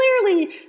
clearly